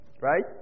Right